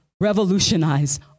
revolutionize